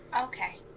Okay